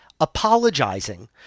apologizing